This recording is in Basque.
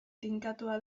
tinkatua